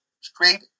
straight